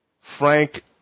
Frank